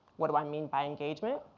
what do i mean by engagement?